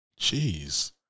Jeez